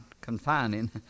confining